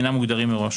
אינם מוגדרים מראש.